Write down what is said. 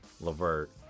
Levert